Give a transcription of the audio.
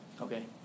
okay